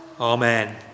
Amen